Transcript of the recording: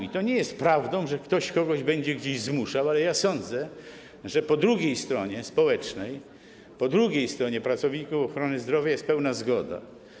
I to nie jest prawdą, że ktoś kogoś będzie gdzieś zmuszał, ale sądzę, że po drugiej stronie społecznej, po drugiej stronie, czyli chodzi o pracowników ochrony zdrowia, jest pełna zgoda.